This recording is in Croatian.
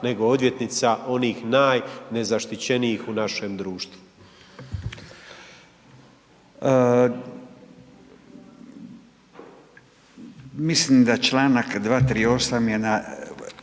nego odvjetnica onih najnezaštićenijih u našem društvu.